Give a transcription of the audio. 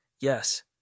Yes